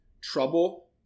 trouble